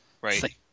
right